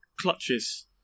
clutches